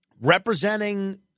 representing